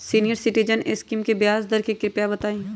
senior citizen scheme के ब्याज दर कृपया बताईं